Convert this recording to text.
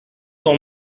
son